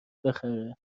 بخره